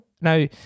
Now